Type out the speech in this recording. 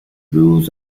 rules